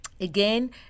Again